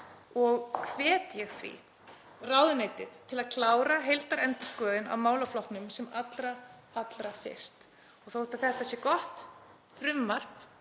og hvet ég því ráðuneytið til að klára heildarendurskoðun á málaflokknum sem allra fyrst. Þó að þetta sé gott frumvarp,